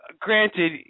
granted